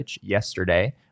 yesterday